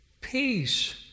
peace